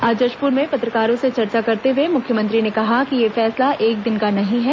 आज जशपुर में पत्रकारों से चर्चा करते हुए मुख्यमंत्री ने कहा कि ये फैसला एक दिन का नहीं है